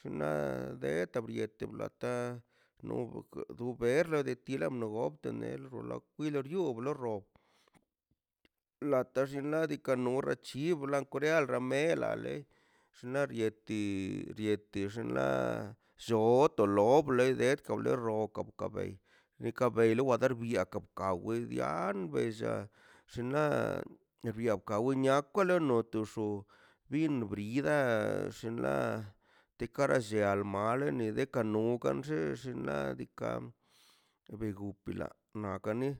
xnaꞌ deta brieti lakano o naberra de ti la nogob teber la kwila riob lo rob lata xinladika no rachibala te koria la mera le xnaꞌ bieti dieti xinla llooto loble kable rook ka bei nika bei na kop ka bei ni ka bei niwa ni ka rbei ka wei lia an bella xinla riakawe niakwale noto x̱o bin briida ka xinla te kara llia nalma nekan no ka xin xinla diikaꞌ guiborpela nakane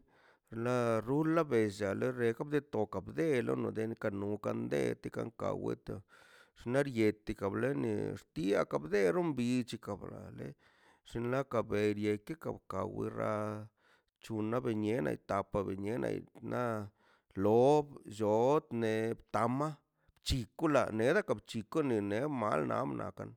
na rula be lliala rejale to kabde lo do nen kanon nokan nen kande al cahuete xnaꞌ yetega lenex dia kabdernon bich kabrane xnaꞌ la kabriene iteke kan we rra chuna ben yene tapaꞌ benyene na loob llod ne ne tama chicula neda ka bchukene ned mal na nakan